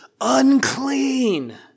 unclean